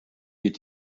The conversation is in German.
wird